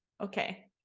Okay